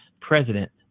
president